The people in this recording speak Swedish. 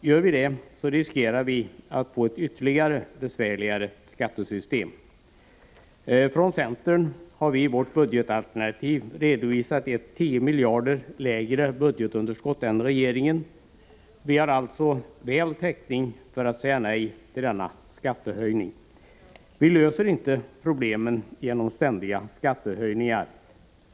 Ger vi avkall på denna princip riskerar vi att få ett ännu besvärligare skattesystem. Från centern har vi i vårt budgetalternativ redovisat ett 10 miljarder lägre budgetunderskott än regeringen. Vi har alltså god täckning för att säga nej till denna skattehöjning. Vi löser inte problemen genom ständiga skattehöjningar.